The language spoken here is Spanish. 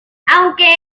aunque